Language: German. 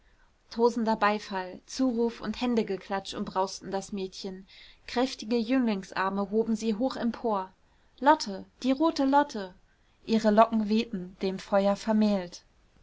tosender beifall zuruf und händegeklatsch umbrausten das mädchen kräftige jünglingsarme hoben sie hoch empor lotte die rote lotte ihre locken wehten dem feuer vermählt